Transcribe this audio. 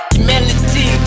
Humanity